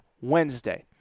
Wednesday